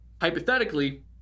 hypothetically